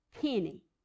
penny